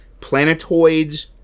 planetoids